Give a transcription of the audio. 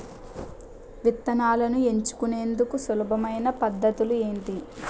విత్తనాలను ఎంచుకునేందుకు సులభమైన పద్ధతులు ఏంటి?